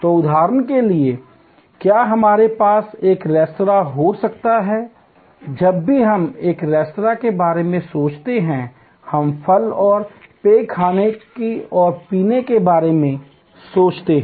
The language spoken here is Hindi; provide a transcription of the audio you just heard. तो उदाहरण के लिए क्या हमारे पास एक रेस्तरां हो सकता है जब भी हम एक रेस्तरां के बारे में सोचते हैं हम फल और पेय खाने और पीने के बारे में सोचते हैं